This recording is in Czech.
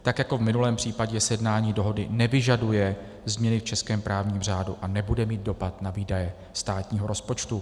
Tak jako v minulém případě sjednání dohody nevyžaduje změny v českém právním řádu a nebude mít dopad na výdaje státního rozpočtu.